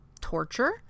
torture